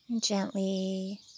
Gently